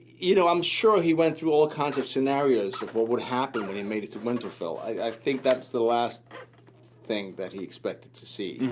you know, i'm sure he went through all kinds of scenarios of what would happen when he and made it to winterfell. i think that's the last thing that he expected to see.